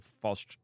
false